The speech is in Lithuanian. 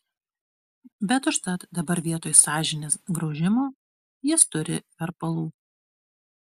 bet užtat dabar vietoj sąžinės graužimo jis turi verpalų